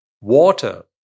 water